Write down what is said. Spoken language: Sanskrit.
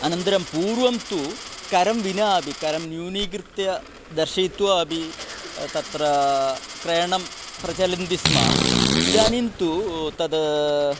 अनन्तरं पूर्वं तु करं विना अपि करं न्यूनीकृत्य दर्शयित्वा अपि तत्र क्रयणं प्रचलन्ति स्म इदानीं तु तद्